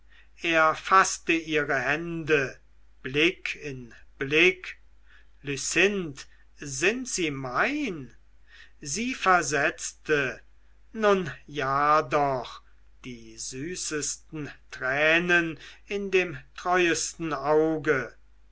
er faßte ihre hände blick in blick lucinde sind sie mein sie versetzte nun ja doch die süßesten tränen in dem treusten auge